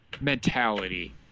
mentality